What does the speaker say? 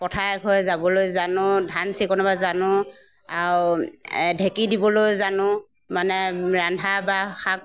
পথাৰে ঘৰে যাবলৈ জানো ধান চিকুণাব জান আৰু ঢেকী দিবলৈ জানো মানে ৰন্ধা বা শাক